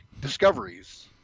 discoveries